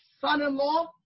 son-in-law